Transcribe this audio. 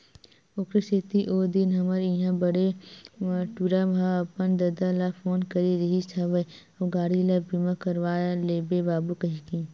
ओखरे सेती ओ दिन हमर इहाँ मोर बड़े टूरा ह अपन ददा ल फोन करे रिहिस हवय अउ गाड़ी ल बीमा करवा लेबे बाबू कहिके